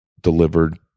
delivered